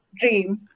dream